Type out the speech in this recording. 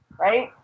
right